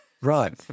Right